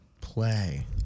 Play